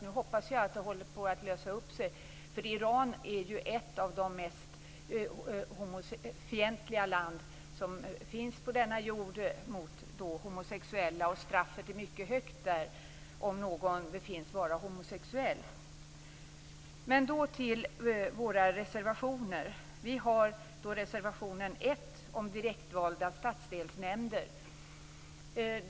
Nu hoppas jag att det håller på att lösa sig, för Iran är ju ett av de mest fientliga länderna som finns på denna jord när det gäller homosexuella, och straffet är där mycket högt om någon befinns vara homosexuell. Så till våra reservationer. Vi har reservation nr 1, om direktvalda statsdelsnämnder.